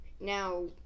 Now